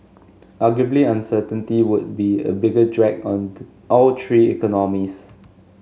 marguably uncertainty would be a bigger drag on all three economies